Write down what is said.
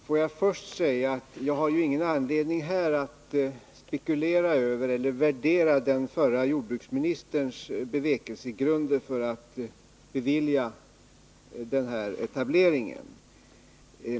Herr talman! Jag har ingen anledning att spekulera över eller värdera den förre jordbruksministerns bevekelsegrunder för att bevilja ansökan om den här etableringen.